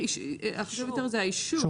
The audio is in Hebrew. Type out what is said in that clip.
החשוב יותר זה האישור.